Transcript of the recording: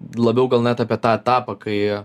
labiau gal net apie tą etapą kai